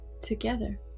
together